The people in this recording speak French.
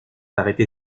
arrêté